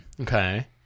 Okay